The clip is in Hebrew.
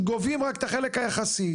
גובים רק את החלק היחסי,